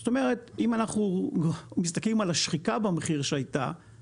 זאת אומרת אם אנחנו מסתכלים על השחיקה במחיר שהייתה,